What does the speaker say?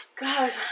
God